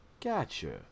Gotcha